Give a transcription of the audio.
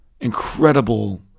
incredible